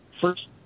first